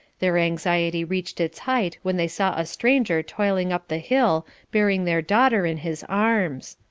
their anxiety reached its height when they saw a stranger toiling up the hill bearing their daughter in his arms.